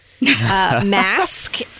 mask